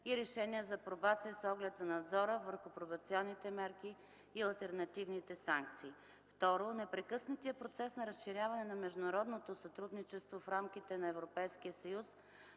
и решения за пробация с оглед на надзора върху пробационните мерки и алтернативните санкции. II. Непрекъснатият процес на разширяване на международното сътрудничество в рамките на Европейския съюз